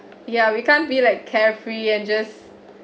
ya we can't be like carefree and just